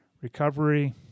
recovery